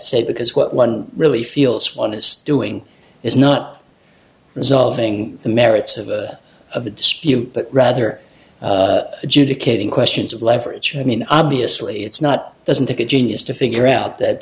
say because what one really feels one is doing is not resolving the merits of a of a dispute but rather juda caving questions of leverage i mean obviously it's not doesn't take a genius to figure out that